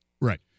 Right